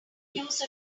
use